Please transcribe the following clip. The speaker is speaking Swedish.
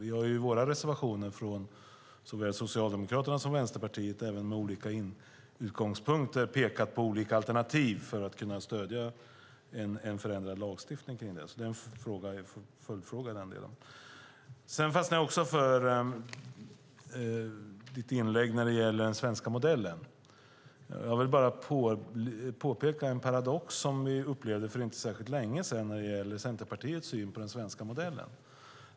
I reservationerna från såväl Socialdemokraterna som Vänsterpartiet har vi, fast med olika utgångspunkter, pekat på olika alternativ för att kunna stödja en förändrad lagstiftning om det. Det är en följdfråga i den delen. Jag fastnade också för det du sade i ditt inlägg när det gäller den svenska modellen. Jag vill bara peka på en paradox som vi upplevde för inte särskilt länge sedan när det gäller Centerpartiets syn på den svenska modellen.